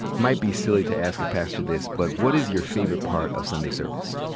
might be silly to ask a pastor this, but what is your favorite part of sunday service?